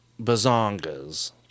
bazongas